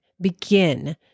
Begin